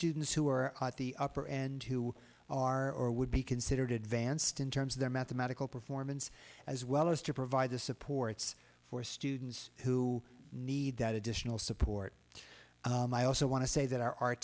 students who are at the upper end who are or would be considered advanced in terms of their mathematical performance as well as to provide the supports for students who need that additional support i also want to say that our